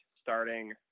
starting